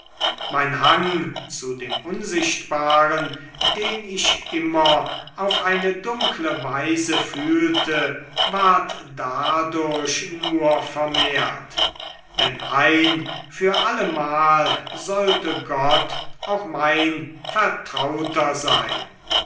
mein hang zu dem unsichtbaren den ich immer auf eine dunkle weise fühlte ward dadurch nur vermehrt denn ein für allemal sollte gott auch mein vertrauter sein